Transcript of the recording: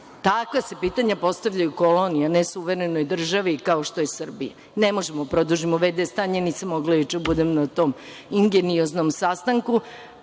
Takva se pitanja postavljaju koloniji, a ne suverenoj državi kao što je Srbija. Ne možemo da produžimo v.d. stanje. Nisam mogla juče da budem na tom ingenioznom sastanku,